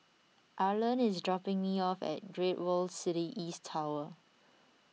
Arland is dropping me off at Great World City East Tower